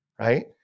right